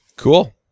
Cool